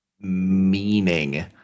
meaning